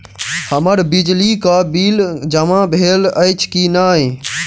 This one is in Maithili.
हम्मर बिजली कऽ बिल जमा भेल अछि की नहि?